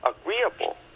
agreeable